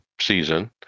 season